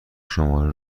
شماره